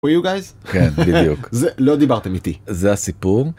כן, בדיוק. -זה, לא דיברתם איתי. -זה הסיפור.